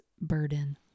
burden